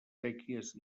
séquies